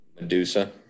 Medusa